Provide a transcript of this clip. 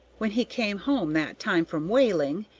when he came home that time from whaling,